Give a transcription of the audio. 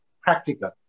practical